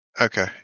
Okay